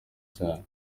cyane